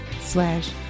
slash